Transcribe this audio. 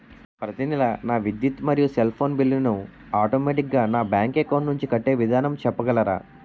ప్రతి నెల నా విద్యుత్ మరియు సెల్ ఫోన్ బిల్లు ను ఆటోమేటిక్ గా నా బ్యాంక్ అకౌంట్ నుంచి కట్టే విధానం చెప్పగలరా?